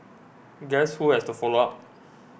guess who has to follow up